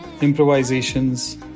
improvisations